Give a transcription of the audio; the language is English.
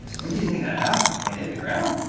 when do you think that happened? when it hit the ground?